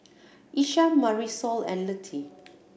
Isham Marisol and Lutie